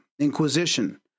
Inquisition